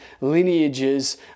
lineages